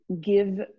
give